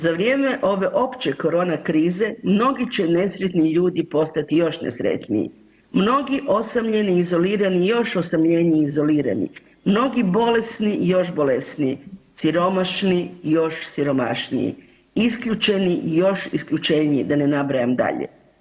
Za vrijeme ove opće korona krize mnogi će nesretni ljudi postati još nesretniji, mnogi osamljeni i izolirani još osamljeniji i izolirani, mnogi bolesni još bolesniji, siromašni još siromašniji, isključeni još isključeniji, da ne nabrajam dalje.